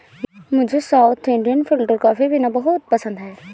मुझे South Indian filter coffee पीना बहुत पसंद है